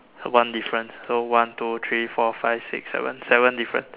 one difference so one two three four five six seven seven difference